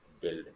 build